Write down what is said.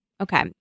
Okay